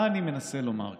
מה אני מנסה לומר כאן?